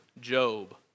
Job